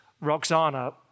Roxana